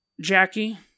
Jackie